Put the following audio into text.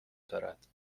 دارد